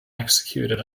executed